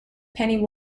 penny